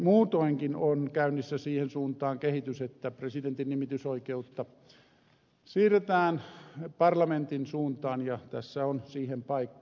muutoinkin on käynnissä siihen suuntaan kehitys että presidentin nimitysoikeutta siirretään parlamentin suuntaan ja tässä on siihen paikka